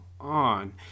on